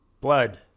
Blood